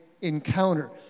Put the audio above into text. encounter